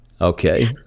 Okay